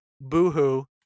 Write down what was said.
Boo-hoo